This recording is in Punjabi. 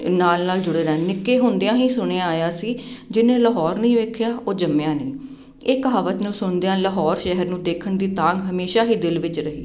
ਨਾਲ ਨਾਲ ਜੁੜੇ ਰਹਿਣ ਨਿੱਕੇ ਹੁੰਦਿਆਂ ਹੀ ਸੁਣਿਆ ਆਇਆ ਸੀ ਜਿਹਨੇ ਲਾਹੌਰ ਨਹੀਂ ਵੇਖਿਆ ਉਹ ਜੰਮਿਆ ਨਹੀਂ ਇਹ ਕਹਾਵਤ ਨੂੰ ਸੁਣਦਿਆਂ ਲਾਹੌਰ ਸ਼ਹਿਰ ਨੂੰ ਦੇਖਣ ਦੀ ਤਾਂਘ ਹਮੇਸ਼ਾ ਹੀ ਦਿਲ ਵਿੱਚ ਰਹੀ